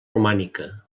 romànica